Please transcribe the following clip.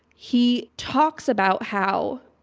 he talks about how,